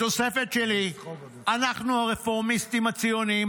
"ותוספת שלי: אנחנו הרפורמיסטים הציוניים